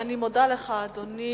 אני מודה לך, אדוני